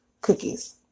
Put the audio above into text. Cookies